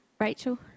Rachel